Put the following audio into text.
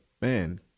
man